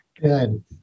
Good